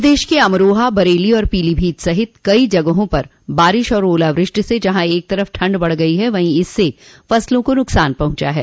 प्रदेश के अमरोहा बरेली और पीलीभीत सहित कई जगहों पर बारिश और ओलावृष्टि से जहां एक तरफ ठंड बढ़ गई है वहीं इससे फसलों को नुकसान पहुंचा है